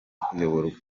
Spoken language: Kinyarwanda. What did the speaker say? kuyoborwa